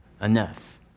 enough